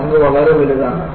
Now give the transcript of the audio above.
tank വളരെ വലുതാണ്